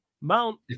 Mount